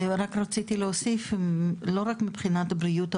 רק רציתי להוסיף, לא רק מבחינת בריאות העובדים,